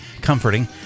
comforting